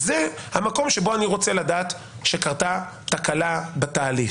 זהו המקום שבו אני רוצה לדעת שקרתה תקלה בתהליך.